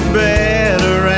better